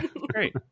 Great